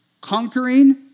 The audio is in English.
Conquering